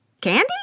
candy